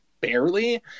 barely